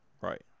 Right